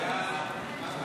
חוק